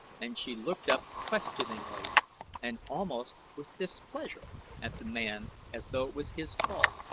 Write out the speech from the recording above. and she looked up questioningly and almost with displeasure at the man as though it was his fault.